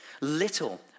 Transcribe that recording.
little